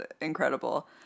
incredible